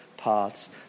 paths